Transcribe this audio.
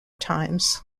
times